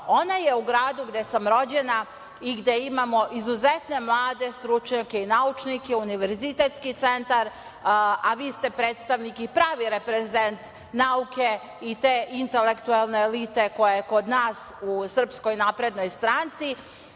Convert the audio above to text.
ona je u gradu gde sam rođena i gde imamo izuzetne mlade stručnjake i naučnike, univerzitetski centar, a vi ste predstavnik i pravi reprezent nauke i te intelektualne elite koja je kod nas u SNS, položila